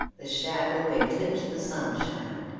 the shadow eclipsed the sunshine,